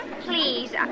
Please